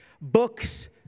books